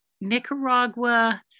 nicaragua